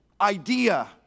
idea